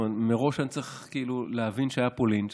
מראש אני צריך כאילו להבין שהיה פה לינץ'.